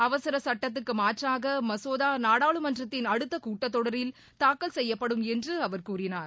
அவசர சட்டத்துக்கு மாற்றாக மசோதா நாடாளுமன்றத்தின் அடுத்த கூட்டத்தொடரில் தாக்கல் செய்யப்படும் என்று அவர் கூறினார்